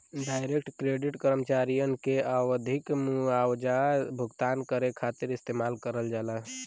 direct credit कर्मचारियन के आवधिक मुआवजा भुगतान करे खातिर इस्तेमाल करल जाला